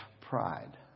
pride